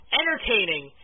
entertaining